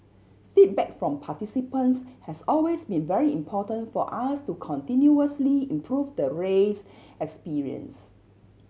feedback from participants has always been very important for us to continuously improve the race experience